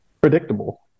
predictable